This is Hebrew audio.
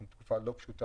אנחנו בתקופה לא פשוטה,